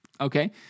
okay